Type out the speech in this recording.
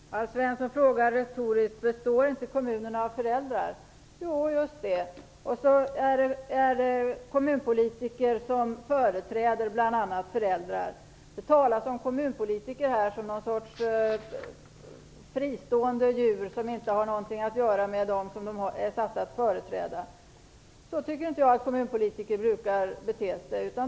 Fru talman! Alf Svensson frågar retoriskt om inte kommunerna består av föräldrar. Jo, just det. Det är kommunpolitiker som företräder bl.a. föräldrar. Det talas om kommunpolitiker som något slags fristående djur som inte har någonting att göra med dem som de är satta att företräda. Så tycker inte jag att kommunpolitiker brukar bete sig.